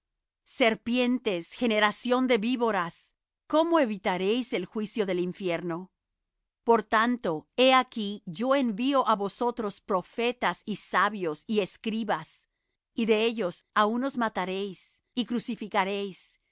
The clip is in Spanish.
serpientes generación de víboras cómo evitaréis el juicio del infierno por tanto he aquí yo envío á vosotros profetas y sabios y escribas y de ellos á unos mataréis y crucificaréis